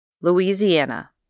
Louisiana